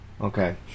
okay